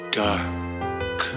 dark